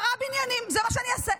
זה מה שאני אעשה.